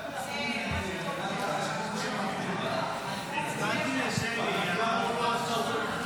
סעיפים 1 64 נתקבלו.